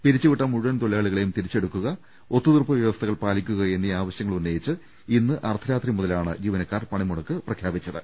പിരിച്ചുവിട്ട മുഴുവൻ തൊഴിലാളികളെയും തിരിച്ചെടുക്കുക ഒത്തുതീർപ്പ് വ്യവസ്ഥകൾ പാലിക്കുക എന്നീ ആവശ്യങ്ങളുന്നയിച്ച് ഇന്ന് അർദ്ധരാത്രിമുതലാണ് ജീവനക്കാർ പണിമുടക്ക് പ്രഖ്യാപിച്ചിരിക്കുന്നത്